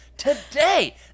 Today